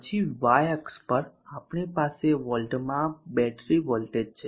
પછી y અક્ષ પર આપણી પાસે વોલ્ટમાં બેટરી વોલ્ટેજ છે